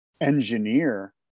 engineer